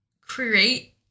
create